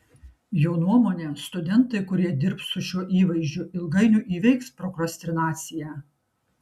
jo nuomone studentai kurie dirbs su šiuo įvaizdžiu ilgainiui įveiks prokrastinaciją